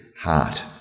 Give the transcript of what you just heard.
heart